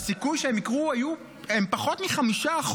הסיכוי שהם יקרו היה פחות מ-5%,